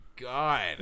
God